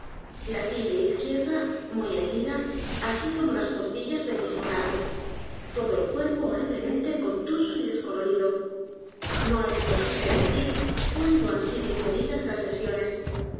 la tibia izquierda muy hendida así como las costillas del mismo lado todo él cuerpo horriblemente contuso y descolorido no es posible decir cuándo han sido inferidas las lesiones